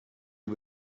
you